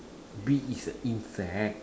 bee is an insect